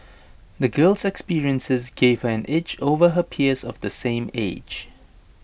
the girl's experiences gave her an edge over her peers of the same age